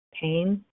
pain